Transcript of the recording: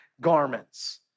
garments